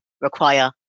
require